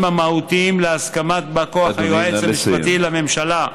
המהותיים להסכמת בא כוח היועץ המשפטי לממשלה,